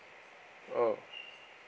oh